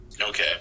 Okay